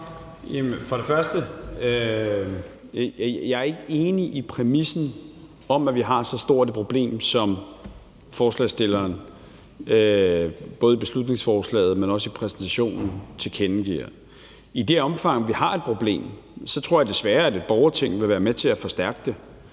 og fremmest er jeg ikke enig i præmissen om, at vi har så stort et problem, som forslagsstilleren både i beslutningsforslaget, men også i præsentationen tilkendegiver. I det omfang, vi har et problem, tror jeg desværre, at et borgerting vil være med til at forstærke det.